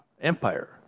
empire